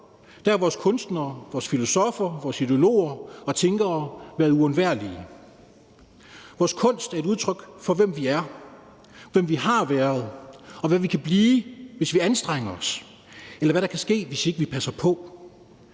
Der har vores kunstnere, vores filosoffer, vores ideologer og tænkere været uundværlige. Vores kunst er et udtryk for, hvem vi er, hvem vi har været, og hvad vi kan blive, hvis vi anstrenger os, eller hvad der kan ske, hvis ikke vi passer på.